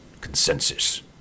consensus